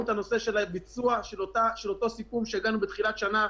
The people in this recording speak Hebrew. את נושא הביצוע של אותו סיכום שהגענו אליו בתחילת השנה,